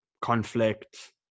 conflict